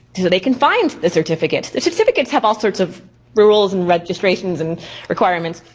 so they can find the certificates. the certificates have all sorts of rules and registrations and requirements.